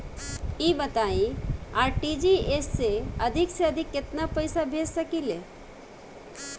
ई बताईं आर.टी.जी.एस से अधिक से अधिक केतना पइसा भेज सकिले?